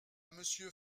monsieur